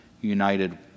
united